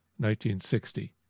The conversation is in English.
1960